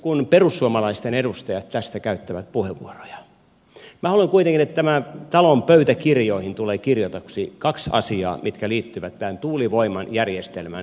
kun perussuomalaisten edustajat tästä käyttävät puheenvuoroja minä haluan kuitenkin että tämän talon pöytäkirjoihin tulee kirjatuksi kaksi asiaa mitkä liittyvät tähän tuulivoiman järjestelmän rakentamiseen